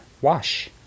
Wash